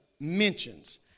mentions